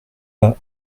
pas